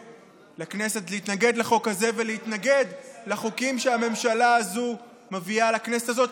לכנסת להתנגד לחוק הזה ולהתנגד לחוקים שהממשלה הזו מביאה לכנסת הזאת,